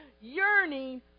yearning